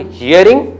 hearing